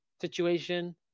situation